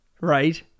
Right